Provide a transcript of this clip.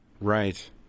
Right